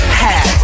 hat